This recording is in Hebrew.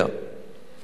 ולאריתריאה.